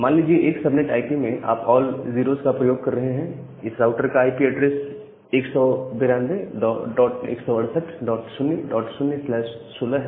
मान लीजिए एक सबनेट आईपी में आप ऑल 0s का प्रयोग कर रहे हैं इस राउटर का आईपी ऐड्रेस 1921680016 है